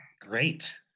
Great